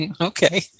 Okay